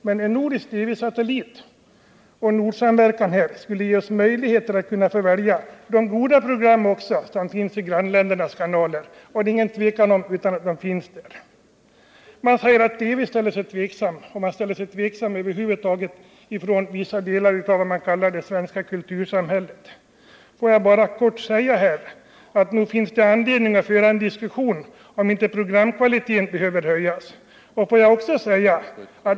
Med en nordisk TV-satellit och samverkan skulle vi få möjligheter att välja de goda program som finns i grannländernas kanaler. Man ställer sig tveksam till detta ifrån vissa delar av det svenska kultursamhället. Får jag bara till det kort säga att nog finns det anledning att föra en diskussion om inte programkvaliteten kan behöva höjas.